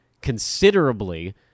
considerably